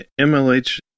MLH